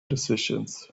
decisions